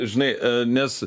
žinai nes